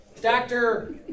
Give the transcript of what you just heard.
Doctor